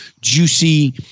juicy